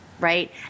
Right